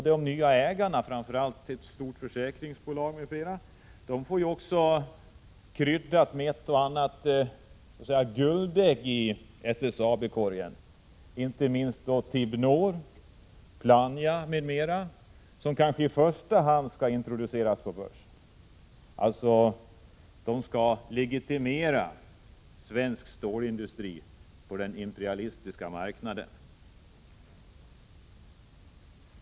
De nya ägarna, framför allt ett stort försäkringsbolag, får också sitt engagemang kryddat med ett och annat guldägg i SSAB-korgen — Tibnor, Plannja m.m., som kanske i första hand skall introduceras på börsen. De skall således legitimera svensk stålindustri på den imperialistiska marknaden.